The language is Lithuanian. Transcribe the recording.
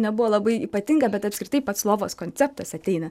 nebuvo labai ypatinga bet apskritai pats lovos konceptas ateina